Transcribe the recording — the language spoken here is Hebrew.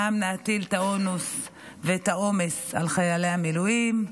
פעם להטיל את העול ואת העומס על חיילי המילואים,